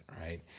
Right